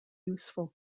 useful